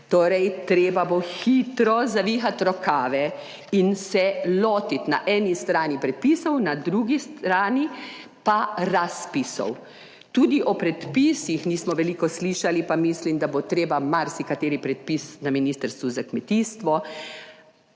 Torej, treba bo hitro zavihati rokave in se lotiti na eni strani predpisov, na drugi strani pa razpisov. Tudi o predpisih nismo veliko slišali, pa mislim, da bo treba marsikateri predpis na Ministrstvu za kmetijstvo